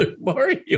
Mario